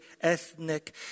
ethnic